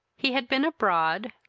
he had been abroad,